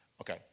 okay